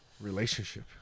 relationship